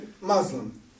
Muslim